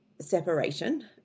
separation